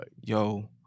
Yo